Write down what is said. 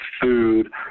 food